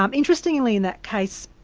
um interestingly in that case,